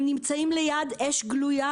הם נמצאים ליד אש גלויה,